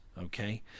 okay